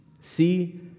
See